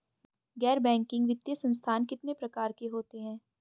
गैर बैंकिंग वित्तीय संस्थान कितने प्रकार के होते हैं?